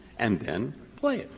and then play it.